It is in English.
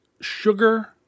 sugar